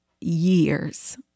years